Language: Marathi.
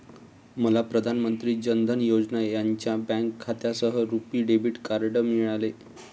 मला प्रधान मंत्री जान धन योजना यांच्या बँक खात्यासह रुपी डेबिट कार्ड मिळाले